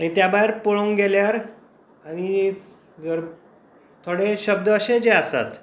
आनी त्या भायर पळोवंक गेल्यार आनीक एक जर थोडे शब्द अशे जे आसात